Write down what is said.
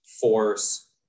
force